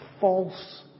false